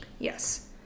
Yes